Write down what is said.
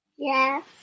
Yes